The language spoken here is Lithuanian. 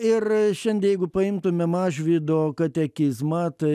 ir šiandie jeigu paimtume mažvydo katekizmą tai